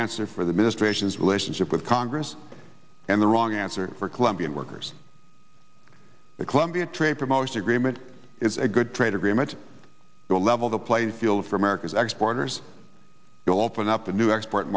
answer for the ministrations relationship with congress and the wrong answer for colombian workers the colombia trade promotion agreement is a good trade agreement will level the playing field for america's ex partners will open up a new export